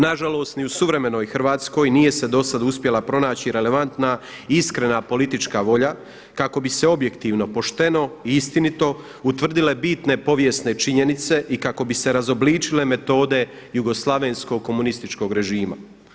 Na žalost ni u suvremenoj Hrvatskoj nije se do sad uspjela pronaći relevantna i iskrena politička volja kako bi se objektivno, pošteno i istinito utvrdile bitne povijesne činjenice i kako bi se razobličile metode jugoslavenskog komunističkog režima.